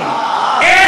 לא הסתדרתי.